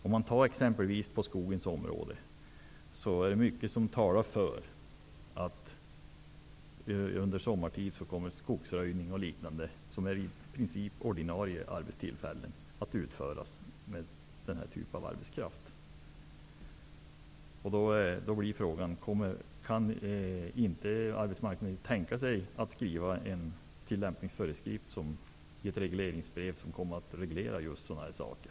T.ex när det gäller skogen är det mycket som talar för att skogsröjning och liknande, som i princip är ordinarie arbeten, under sommartid kommer att utföras med denna typ av arbetskraft. Kan inte arbetsmarknadsministern tänka sig att i ett regleringsbrev utforma en tillämpningsföreskrift, som berör just sådana här saker?